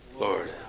Lord